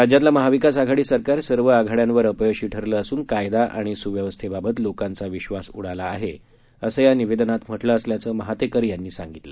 राज्यातलं महाविकास आघाडी सरकार सर्व आघाड्यांवर अपयशी ठरलं असून कायदा आणि सुव्यवस्थेबाबत लोकांचा विश्वास उडाला आहे असं या निवेदनात म्हटलं असल्याचं महातेकर यांनी सांगितलं